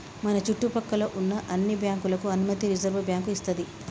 మన చుట్టు పక్కల్లో ఉన్న అన్ని బ్యాంకులకు అనుమతి రిజర్వుబ్యాంకు ఇస్తది